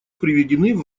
приведены